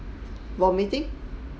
vomiting